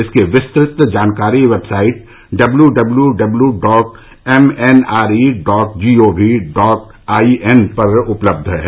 इनकी विस्तृत जानकारी website W W W W dot MNRE dot GOV dot IN पर उपलब्ध है